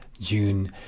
June